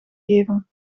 geven